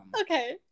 Okay